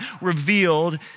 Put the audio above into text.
revealed